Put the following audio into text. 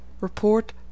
Report